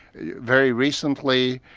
yeah very recently,